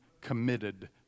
committed